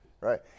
Right